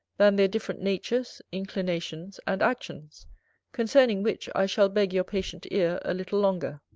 than their different natures, inclinations, and actions concerning which, i shall beg your patient ear a little longer.